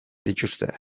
dituzte